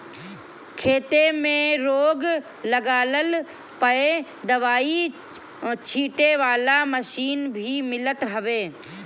खेते में रोग लागला पअ दवाई छीटे वाला मशीन भी मिलत हवे